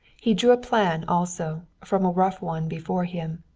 he drew a plan also, from a rough one before him.